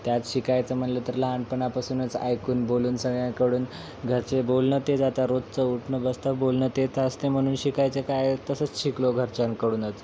त्यात शिकायचं म्हटलं तर लहानपणापासूनच ऐकून बोलून सगळ्याकडून घरचे बोलणं ते जाता रोजचं उठणं बसतं बोलणं तेच असते म्हणून शिकायचं काय तसंच शिकलो घरच्यांकडूनच